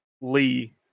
Lee